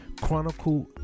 Chronicle